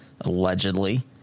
allegedly